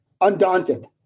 undaunted